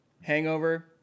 Hangover